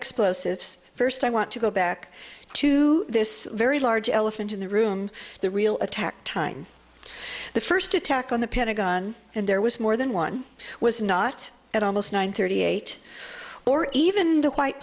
explosives first i want to go back to this very large elephant in the room the real attack time the first attack on the pentagon and there was more than one was not at almost one thirty eight or even the white